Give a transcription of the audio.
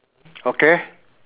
okay